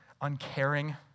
uncaring